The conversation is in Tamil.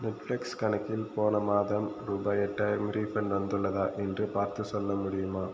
நெட்ஃப்ளிக்ஸ் கணக்கில் போன மாதம் ரூபாய் எட்டாயிரம் ரீஃபண்ட் வந்துள்ளதா என்று பார்த்துச் சொல்ல முடியுமா